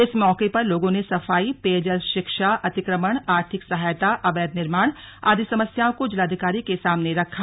इस मौके पर लोगों ने सफाई पेयजल शिक्षा अतिक्रमण आर्थिक सहायता अवैध निर्माण आदि समस्याओं को जिलाधिकारी के सामने रखा